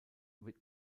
wird